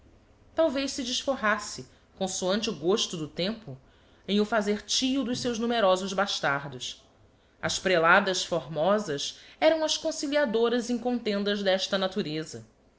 talvez se desforrasse consoante o gosto do tempo em o fazer tio dos seus numerosos bastardos as preladas formosas eram as conciliadoras em contendas d'esta natureza